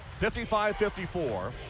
55-54